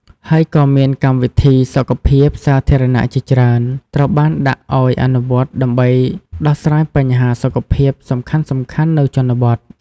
ហើយក៏មានកម្មវិធីសុខភាពសាធារណៈជាច្រើន ត្រូវបានដាក់ឱ្យអនុវត្ត ដើម្បីដោះស្រាយបញ្ហាសុខភាពសំខាន់ៗនៅជនបទ។